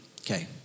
Okay